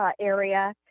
area